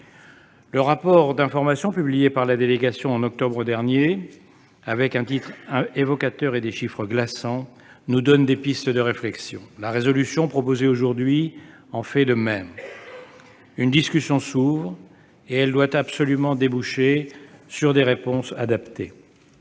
Le rapport d'information publié en octobre dernier par cette délégation, sous un titre évocateur et avec des chiffres glaçants, nous donne des pistes de réflexion. La résolution proposée aujourd'hui en fait autant. Une discussion s'ouvre, et elle doit absolument déboucher sur des réponses adaptées.